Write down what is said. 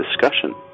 discussion